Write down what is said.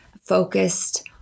focused